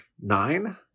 nine